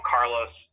Carlos